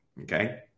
Okay